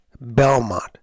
Belmont